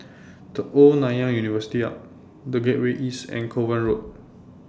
The Old Nanyang University Arch The Gateway East and Kovan Road